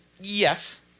Yes